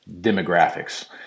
demographics